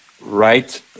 right